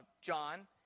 John